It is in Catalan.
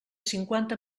cinquanta